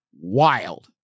wild